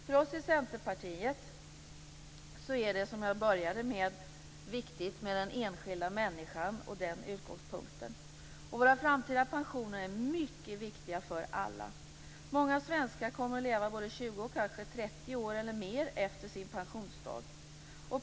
För oss i Centerpartiet är det, som jag började med, viktigt med den enskilda människan och den utgångspunkten. Våra framtida pensioner är mycket viktiga för alla. Många svenskar kommer att leva både 20 och 30 år eller mer efter sin pensionsdag.